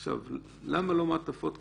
עכשיו, למה לא מעטפות כפולות?